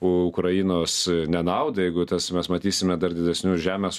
ukrainos nenaudai jeigu tas mes matysime dar didesnius žemės